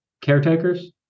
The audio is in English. caretakers